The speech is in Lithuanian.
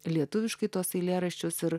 lietuviškai tuos eilėraščius ir